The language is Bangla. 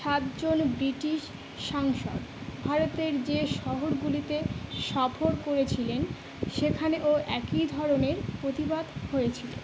সাতজন ব্রিটিশ সাংসদ ভারতের যে শহরগুলিতে সফর করেছিলেন সেখানেও একই ধরনের প্রতিবাদ হয়েছিলো